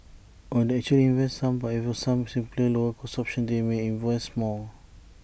or they actually invest some but if there were some simpler lower cost options they may invest more